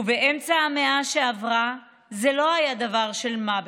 ובאמצע המאה שעברה זה לא היה דבר של מה בכך.